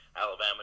Alabama